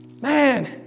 man